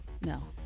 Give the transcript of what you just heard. No